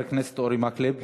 חבר הכנסת אורי מקלב,